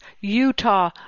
Utah